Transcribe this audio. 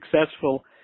successful